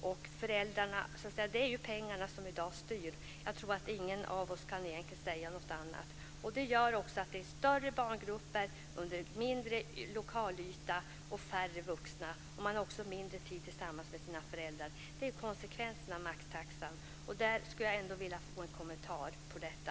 I dag är det pengarna som styr. Jag tror inte att någon av oss kan säga något annat. Det gör att det blir större barngrupper på mindre lokalyta och färre vuxna. Barnen har också mindre tid tillsammans med sina föräldrar. Det är konsekvenserna av maxtaxan. Jag skulle vilja ha en kommentar till detta.